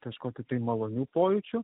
kažkokių tai malonių pojūčių